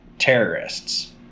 terrorists